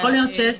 כן.